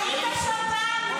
איבדתם את הצפון.